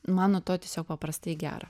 man nuo to tiesiog paprastai gera